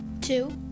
Two